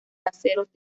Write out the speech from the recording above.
caseros